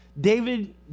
David